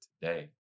today